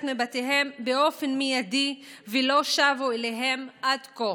מבתיהם באופן מיידי ולא שבו אליהם עד כה.